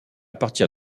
partir